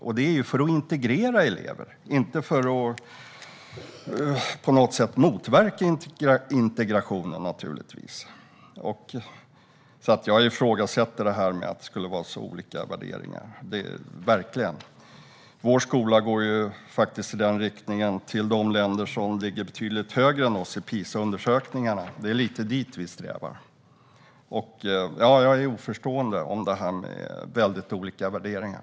Det vill vi göra för att integrera elever och naturligtvis inte för att på något sätt motverka integration. Jag ifrågasätter verkligen det här med att det skulle vara så olika värderingar. Vår skola går faktiskt i riktning mot de länder som ligger betydligt högre än vi i PISA-undersökningarna. Det är ditåt vi strävar. Jag är oförstående angående det här med att vi skulle ha väldigt olika värderingar.